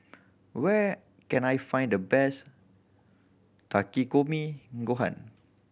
where can I find the best Takikomi Gohan